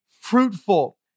fruitful